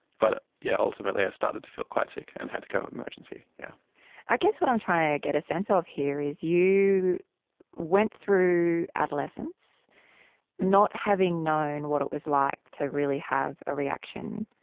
but yeah ultimately i started to feel quite sick and had to go to emergency. yeah i guess what i'm trying to get a sense of here is you went through adolescence not having known what it was like to really have a reaction,